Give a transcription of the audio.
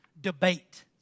debate